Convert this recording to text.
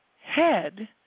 head